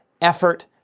effort